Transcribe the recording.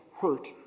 hurt